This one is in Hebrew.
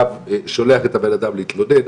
הרב שולח את הבנאדם להתלונן,